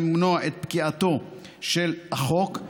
וכדי למנוע את פקיעתו של החוק,